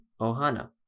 Ohana